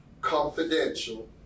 confidential